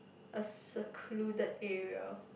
a secluded area